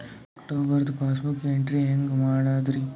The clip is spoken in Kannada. ಅಕ್ಟೋಬರ್ದು ಪಾಸ್ಬುಕ್ ಎಂಟ್ರಿ ಹೆಂಗ್ ಮಾಡದ್ರಿ?